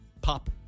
pop